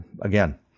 again